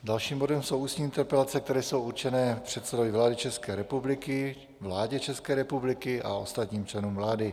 Dalším bodem jsou tedy ústní interpelace, které jsou určené předsedovi vlády České republiky, vládě České republiky a ostatním členům vlády.